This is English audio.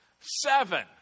seven